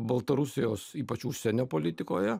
baltarusijos ypač užsienio politikoje